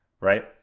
right